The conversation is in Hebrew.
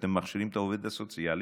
כשאתם מכשירים את העובד הסוציאלי,